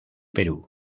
perú